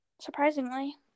Surprisingly